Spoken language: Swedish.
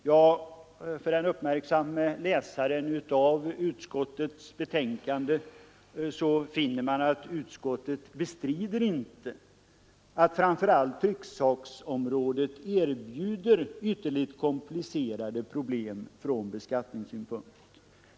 Ja, den uppmärksamme läsaren av utskottets betänkande finner att utskottet inte bestrider att framför allt trycksaksområdet erbjuder ytterligt komplicerade problem från beskattningssynpunkt.